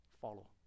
follow